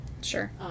sure